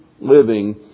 living